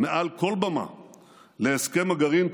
מעל כל במה להסכם הגרעין,